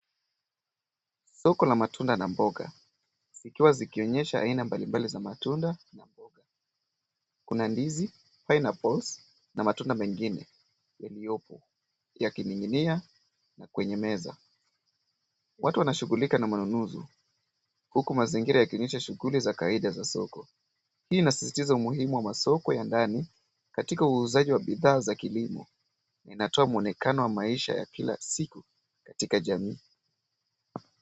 Soko la matunda na mboga. zikiwa zikionyesha aina mbalimbali za matunda, kuna ndizi, pineapples , na matunda mengine. Yaliyopo. Yake nyinginea, na kwenye meza. Watu wanashughulika na manunuzi huku mazingira yakionyesha shughuli za kawaida za soko. Hii inasisitiza umuhimu wa masoko ya ndani katika uuzaji wa bidhaa za kilimo. Inatoa mwonekano wa maisha ya kila siku, katika jamii.